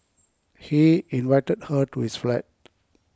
he invited her to his flat